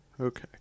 Okay